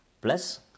plus